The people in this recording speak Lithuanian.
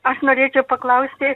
aš norėčiau paklausti